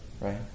right